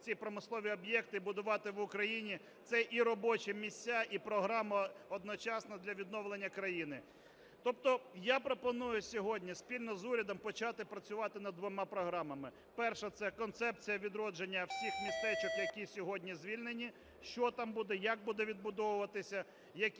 ці промислові об'єкти, і будувати в Україні. Це і робочі місця, і програма одночасно для відновлення країни. Тобто я пропоную сьогодні спільно з урядом почати працювати над двома програмами. Перша. Це концепція відродження всіх містечок, які сьогодні звільнені, що там буде, як буде відбудовуватися, які